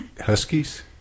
Huskies